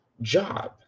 job